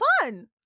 fun